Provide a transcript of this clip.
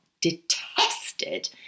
detested